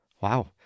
Wow